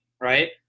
right